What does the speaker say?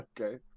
okay